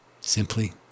simply